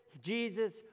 Jesus